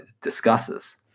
discusses